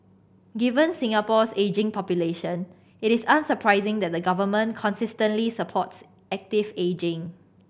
given Singapore's ageing population it is unsurprising that the government consistently supports active ageing